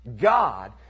God